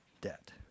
debt